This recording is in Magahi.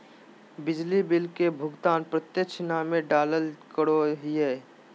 बिजली बिल के भुगतान प्रत्यक्ष नामे डालाल करो हिय